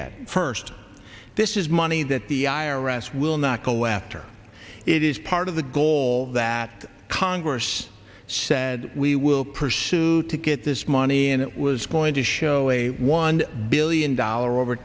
at first this is money that the i r s will not go after it is part of the goal that congress said we will pursue to get this money and it was going to show a one billion dollars over